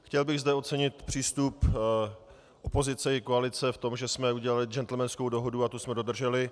Chtěl bych zde ocenit přístup opozice i koalice v tom, že jsme udělali džentlmenskou dohodu a tu jsme dodrželi.